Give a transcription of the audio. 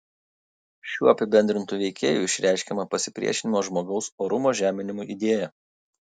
šiuo apibendrintu veikėju išreiškiama pasipriešinimo žmogaus orumo žeminimui idėja